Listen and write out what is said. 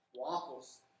Waffles